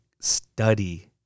study